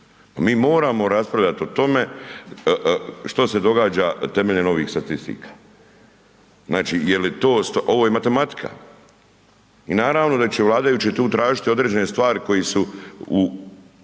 Mi moramo raspravljati o tome što se događa temeljem ovih statistika. Znači je li to, ovo je matematika. I naravno da će vladajući tu tražiti određene stvari koje su po